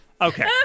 Okay